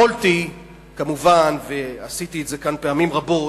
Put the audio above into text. יכולתי כמובן, ועשיתי את זה כאן פעמים רבות,